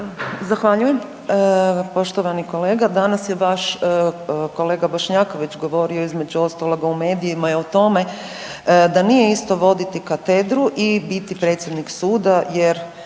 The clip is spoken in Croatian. Zahvaljujem. Poštovani kolega, danas je vaš kolega Bošnjaković govorio, između ostaloga u medijima i o tome da nije isto voditi katedru i biti predsjednik suda jer